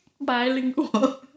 bilingual